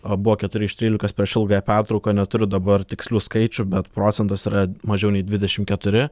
a buvo keturi iš trylikos prieš ilgąją pertrauką neturiu dabar tikslių skaičių bet procentas yra mažiau nei dvidešimt keturi